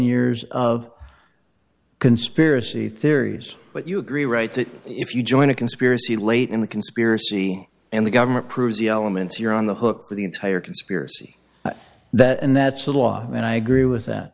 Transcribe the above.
years of conspiracy theories but you agree right that if you join a conspiracy late in the conspiracy and the government crusie elements you're on the hook for the entire conspiracy that and that's the law and i agree with that